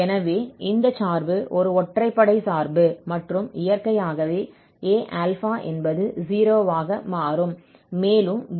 எனவே இந்த சார்பு ஒரு ஒற்றைப்படை சார்பு மற்றும் இயற்கையாகவே Aα என்பது 0 ஆக மாறும்